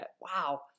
Wow